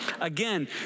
Again